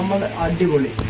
and toilet